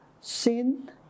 sin